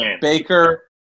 Baker